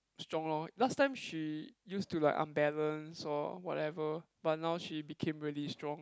strong lor last time she used to like unbalance or whatever but now she became really strong